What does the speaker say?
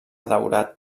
daurat